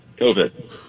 COVID